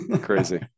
Crazy